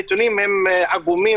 הנתונים הם עגומים.